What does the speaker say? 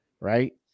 right